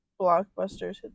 Blockbusters